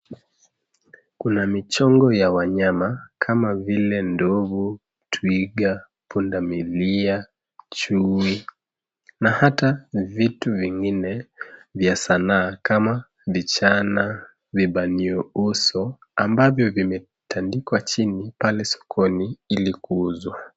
Kuna michongo ya wanyama kama vile ndovu, twiga, pundamilia, chui na hata vitu vingine vya sanaa kama vichana, vibanio uso, ambavyo vimetandikwa chini pale sokoni ili kuuzwa.